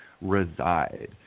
reside